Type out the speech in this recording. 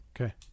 Okay